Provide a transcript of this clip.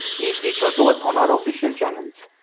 please reach out to us on our official channels.